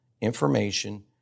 information